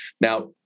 Now